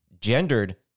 Gendered